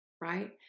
right